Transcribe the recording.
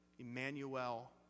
Emmanuel